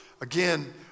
Again